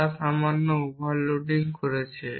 তারা সামান্য overloading করেছে